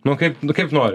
nu kaip nu kaip nori